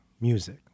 music